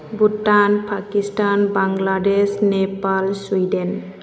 Bhutan Pakistan Bangladesh Nepal Sweden